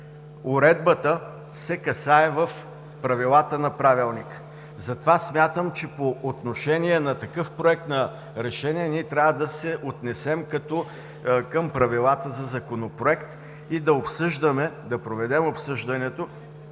уредбата касае правилата на Правилника. Затова смятам, че по отношение на такъв Проект за решение трябва да се отнесем като към правилата на Законопроект и да проведем обсъждането